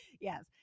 Yes